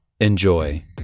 Enjoy